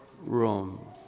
room